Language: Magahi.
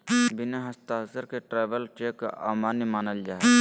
बिना हस्ताक्षर के ट्रैवलर चेक अमान्य मानल जा हय